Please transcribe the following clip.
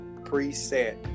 preset